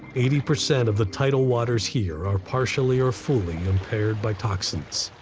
eighty percent of the tidal waters here are partially or fully impaired by toxins.